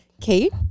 Kate